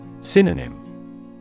Synonym